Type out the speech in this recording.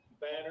banner